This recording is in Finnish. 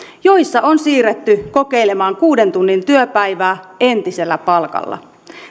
joissa on siirrytty kokeilemaan kuuden tunnin työpäivää entisellä palkalla